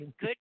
Good